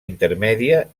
intermèdia